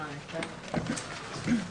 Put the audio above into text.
הישיבה ננעלה בשעה 12:59.